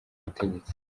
ubutegetsi